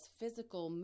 physical